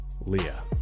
Leah